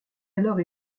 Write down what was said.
alors